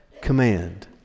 command